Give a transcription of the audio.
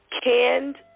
Canned